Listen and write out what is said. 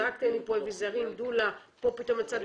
זרקתם פה אביזרים, דולה, דם טבורי.